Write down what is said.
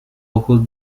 ojos